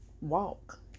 walk